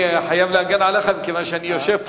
הרב וקנין, יישר כוח.